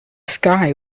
sky